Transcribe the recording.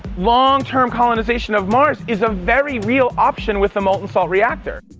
long-term colonization of mars is a very real option with the molten salt reactor.